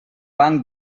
banc